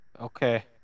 Okay